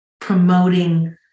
promoting